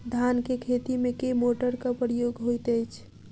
धान केँ खेती मे केँ मोटरक प्रयोग होइत अछि?